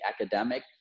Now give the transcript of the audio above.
academic